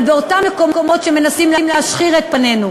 אבל באותם מקומות שמנסים להשחיר את פנינו,